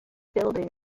building